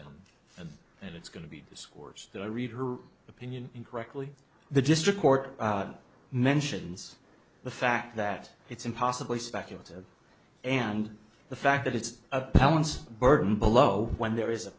and and it's going to be discoursed that i read her opinion incorrectly the district court mentions the fact that it's impossibly speculative and the fact that it's a balance burden below when there is a